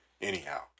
anyhow